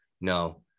no